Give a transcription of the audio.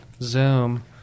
Zoom